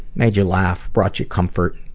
made you laugh, brought you comfort,